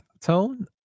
tone